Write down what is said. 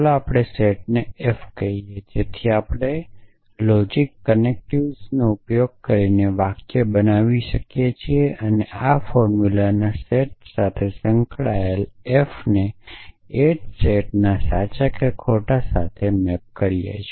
ચાલો આપણે સેટ ને f કહીયે જેથી આપણે લોજિક કનેક્ટીવલ્સનો ઉપયોગ કરીને વાક્ય બનાવી શકીએ અને આ ફોર્મ્યુલાના સેટ સાથે સંકળાયેલ f ને એજ સેટના સાચા કે ખોટા સાથે મૅપ કરે છે